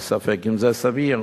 וספק אם זה סביר.